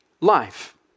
life